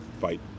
fight